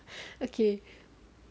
okay